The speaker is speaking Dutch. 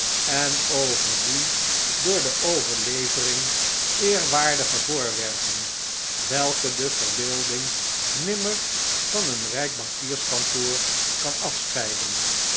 en over die door de overlevering eerwaardige voorwerpen welke de verbeelding nimmer van een hoe mevkouw sparsit over den werkman denkt in rijk bankierskantoor kan afscheiden